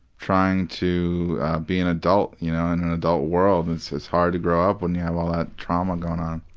trying to be an adult you know in an adult world. and so it's hard to grow up when you have all that trauma going on.